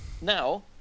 now